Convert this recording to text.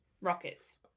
rockets